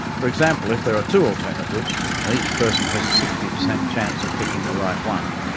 for example, if there are two alternatives and each person has a sixty percent chance of picking the right one,